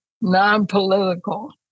non-political